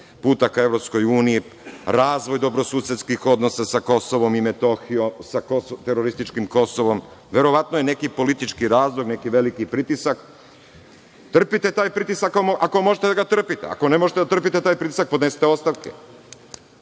puta ka EU, razvoj dobrosusedskih odnosa sa Kosovom i Metohijom, sa terorističkim Kosovom, verovatno je neki politički razlog, neki veliki pritisak. Trpite taj pritisak ako možete da ga trpite, ako ne možete da trpite taj pritisak podnesite ostavke.